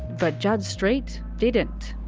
but judge street didn't.